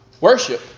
Worship